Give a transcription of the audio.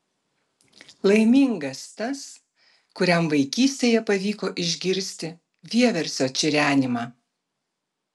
laimingas tas kuriam vaikystėje pavyko išgirsti vieversio čirenimą